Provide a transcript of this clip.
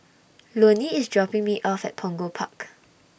Loney IS dropping Me off At Punggol Park